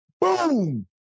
boom